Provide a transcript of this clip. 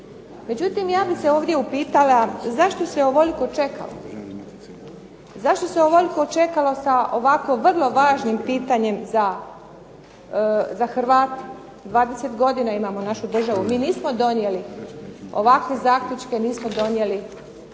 Međutim, ja bih se ovdje upitala zašto se ovoliko čekalo, zašto se ovoliko čekalo sa ovako vrlo važnim pitanjem za Hrvate. 20 godina imamo našu državu. Mi nismo donijeli ovakve zaključke, nismo donijeli